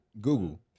Google